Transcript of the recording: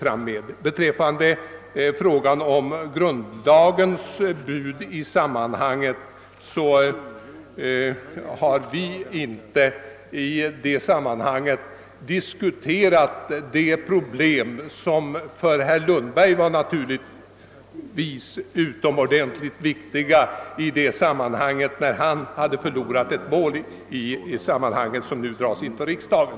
Vad beträffar frågan om grundlagens bud i detta sammanhang har vi inte diskuterat det problem som naturligtvis var utomordentligt viktigt för herr Lundberg när han förlorat ett mål som nu dras inför riksdagen.